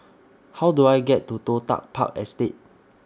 How Do I get to Toh Tuck Park Estate